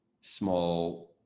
small